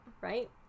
right